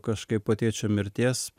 kažkaip po tėčio mirties